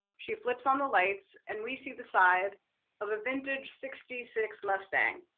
she flips on the lights, and we see the side of a vintage sixty six mustang.